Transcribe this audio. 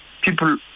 people